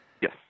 Yes